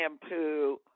shampoo